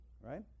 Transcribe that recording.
right